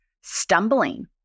stumbling